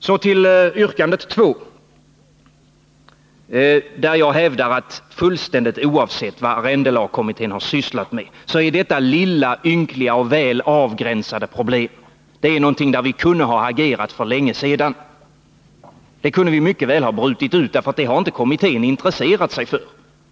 Så till yrkandet 2, där jag hävdar att — fullständigt oavsett vad arrendelagskommittén sysslat med — detta lilla ynkliga och väl avgränsade problem är någonting som vi kunde ha tagit itu med för länge sedan. Det kunde vi mycket väl ha brutit ut. Det har nämligen inte kommittén intresserat sig för.